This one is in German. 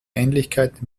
ähnlichkeit